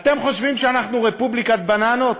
אתם חושבים שאנחנו רפובליקת בננות?